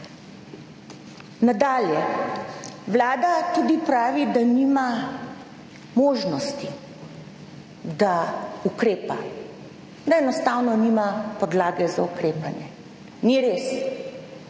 Nadalje Vlada tudi pravi, da nima možnosti, da ukrepa, da enostavno nima podlage za ukrepanje. Ni res.